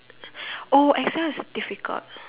oh Excel is difficult